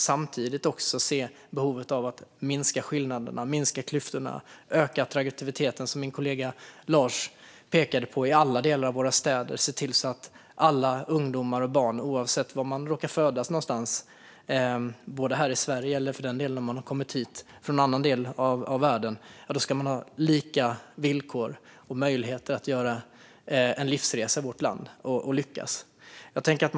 Samtidigt ser vi behovet av att minska klyftorna och, som min kollega Lars pekade på, öka attraktiviteten i alla delar av våra städer och ge alla ungdomar och barn, oavsett om de är födda här eller i en annan del av världen, lika villkor och möjligheter att göra en livsresa och lyckas i vårt land.